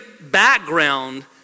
background